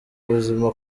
ubuzima